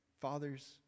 fathers